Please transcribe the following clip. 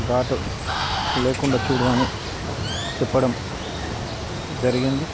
ఘాటు లేకుండా చూడమని చెప్పడం జరిగింది